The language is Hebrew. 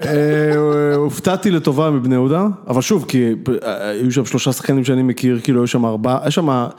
הופתעתי לטובה מבני יהודה, אבל שוב כי היו שם שלושה שחקנים שאני מכיר, כאילו היו שם ארבעה, היה שמה...